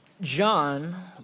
John